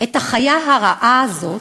את החיה הרעה הזאת,